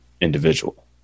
individual